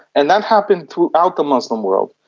and that happened throughout the muslim world.